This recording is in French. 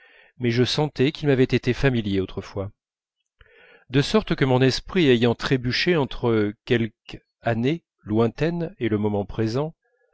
mais je sentais qu'il m'avait été familier autrefois de sorte que mon esprit ayant trébuché entre quelque année lointaine et le moment présent